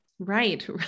Right